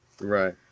Right